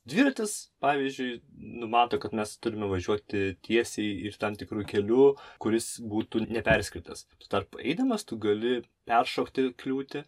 dviratis pavyzdžiui numato kad mes turime važiuoti tiesiai ir tam tikru keliu kuris būtų neperskirtas tuo tarpu eidamas tu gali peršokti kliūtį